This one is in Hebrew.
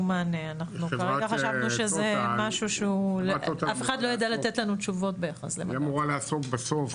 אף אחד לא ידע לתת לנו תשובות ביחס למאגר צידון.